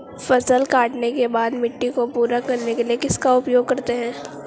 फसल काटने के बाद मिट्टी को पूरा करने के लिए किसका उपयोग करते हैं?